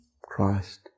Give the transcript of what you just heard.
Christ